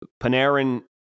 Panarin